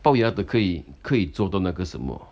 龅牙的可以可以做到那个什么